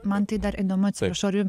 man tai dar įdomu atsiprašau ar jum